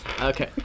Okay